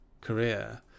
career